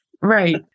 Right